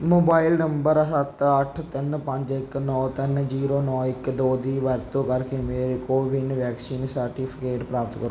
mobile number ਸੱਤ ਅੱਠ ਤਿੰਨ ਪੰਜ ਇੱਕ ਨੌ ਤਿੰਨ ਜ਼ੀਰੋ ਨੌ ਇੱਕ ਦੋ ਦੀ ਵਰਤੋਂ ਕਰਕੇ ਮੇਰਾ ਕੋਵਿਨ ਵੈਕਸੀਨ ਸਰਟੀਫਿਕੇਟ ਪ੍ਰਾਪਤ ਕਰੋ